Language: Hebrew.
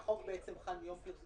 כי החוק בעצם חל מיום פרסמו,